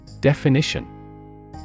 Definition